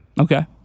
Okay